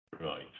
Right